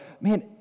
man